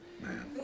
man